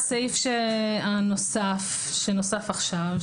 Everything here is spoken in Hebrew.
זה הסעיף שנוסף עכשיו,